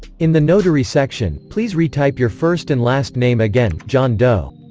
in the notary section, please retype your first and last name again john doe